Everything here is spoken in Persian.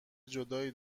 جدایی